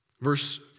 Verse